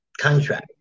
contract